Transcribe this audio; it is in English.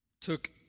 took